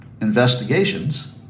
investigations